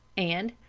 and,